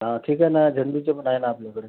हां ठीक आहे ना झेंडूचे पण आहे ना आपल्याकडे